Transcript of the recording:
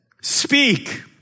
Speak